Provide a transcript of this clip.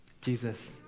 Jesus